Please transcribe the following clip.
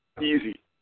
Easy